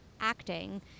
acting